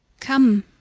come,